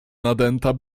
nadęta